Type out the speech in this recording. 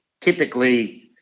typically